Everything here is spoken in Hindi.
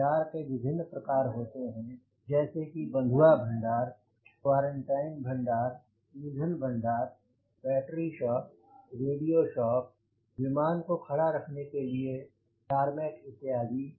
भंडार के विभिन्न प्रकार है जैसे कि बंधुआ भंडार क्वारंटाइन भंडार ईंधन भंडार बैटरी शॉप रेडियो शॉप और विमान को खड़ा रखने के लिए टारमेक इत्यादि